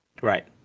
Right